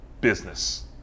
business